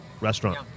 restaurant